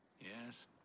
Yes